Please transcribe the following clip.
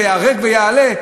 זה ייהרג ויעלה?